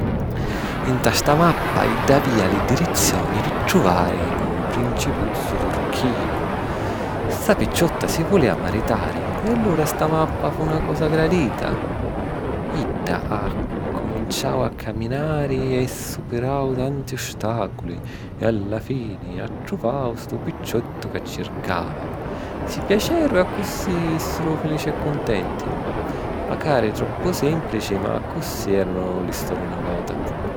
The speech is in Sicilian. Nta sta mappa idda avìa li direzioni pi truvari lu principuzzu turchiunu. Sta picciotta si vulìa maritari e allura sta mappa fu na cosa gradita. Idda accuminciau a caminari e superau tanti ostàculi e alla fini attruvau stu picciottu ca circava. Si piaceru e accussì vìssiru felici e cuntenti. Macari troppu sìmplici, ma accussì èranu li stori na vota.